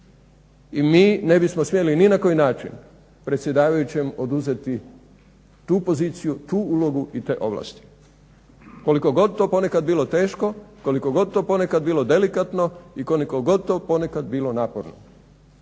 I mi ne bismo smjeli ni na koji način predsjedavajućem oduzeti tu poziciju, tu ulogu i te ovlasti, koliko god to ponekad bilo teško, koliko god to poneka bilo delikatno i koliko god to bilo ponekad naporno.